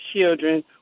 children